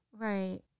Right